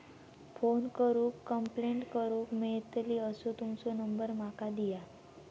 Phone करून complaint करूक मेलतली असो तुमचो नंबर माका दिया?